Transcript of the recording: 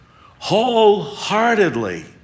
wholeheartedly